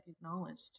acknowledged